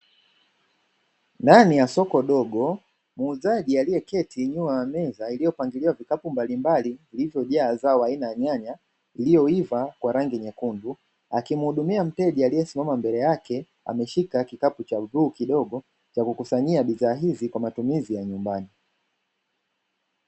Ndani ya soko dogo muuzaji aliyeketi nyuma ya meza iliyopangiliwa vikapu mbalimbali vilivyojaa zao aina ya nyanya iliyoiva kwa rangi nyekundu, akimuhudumia mteja aliyesimama mbele yake ameshika kikapu cha ubluu kidogo cha kukusanyia bidhaa hizi kwa matumizi ya nyumbani.